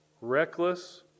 Reckless